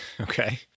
Okay